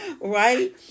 right